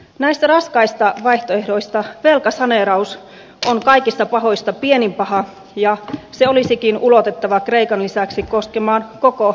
näistä raskaista vaihtoehdoista velkasaneeraus on kaikista pahoista pienin paha ja se olisikin ulotettava kreikan lisäksi koskemaan koko aluetta